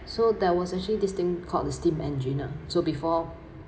so there was actually this thing called the steam engineer so before